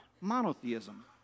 monotheism